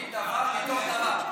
מבין דבר מתוך דבר.